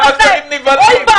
למה שרים נבהלים?